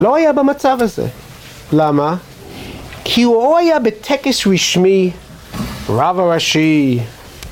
הוא לא היה במצב הזה. למה? כי הוא לא היה בטקס רשמי רב הראשי